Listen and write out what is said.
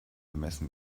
ermessen